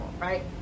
right